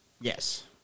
Yes